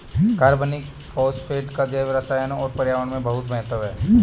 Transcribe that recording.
कार्बनिक फास्फेटों का जैवरसायन और पर्यावरण में बहुत महत्व है